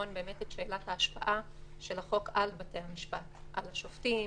שאלת ההשפעה של החוק על בתי המשפט על השופטים,